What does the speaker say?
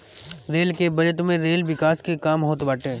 rail के budget में rail विकास के काम होत बाटे